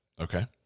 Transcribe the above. Okay